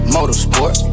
Motorsport